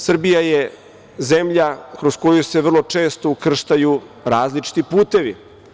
Srbija je zemlja kroz koju se vrlo često ukrštaju različiti putevi.